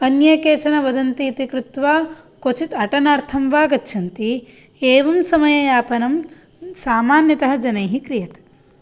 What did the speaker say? अन्ये केचन वदन्ति इति कृत्वा क्वचित् अटनार्थं वा गच्छन्ति एवं समययापनं समान्यतः जनैः क्रियते